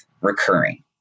recurring